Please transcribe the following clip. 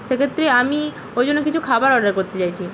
সেক্ষেত্রে আমি ওই জন্য কিছু খাবার অর্ডার করতে চাইছি